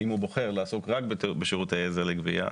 אם הוא בוחר לעסוק רק בשירותי עזר לגבייה,